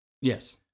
Yes